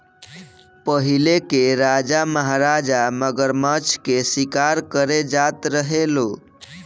पहिले के राजा महाराजा मगरमच्छ के शिकार करे जात रहे लो